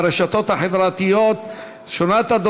הצעות שמספרן 4220,